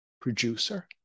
producer